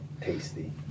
tasty